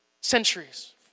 centuries